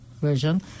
version